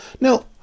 now